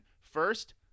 First